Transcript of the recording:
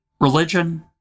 religion